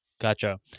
Gotcha